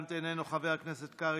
חבר הכנסת גלנט,